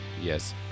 Yes